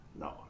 No